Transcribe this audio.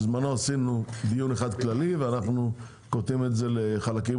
בזמנו עשינו דיון אחד כללי ואנחנו קוטעים את זה לחלקים